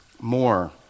more